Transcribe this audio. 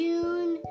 June